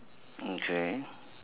okay